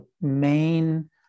main